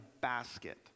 basket